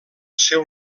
seu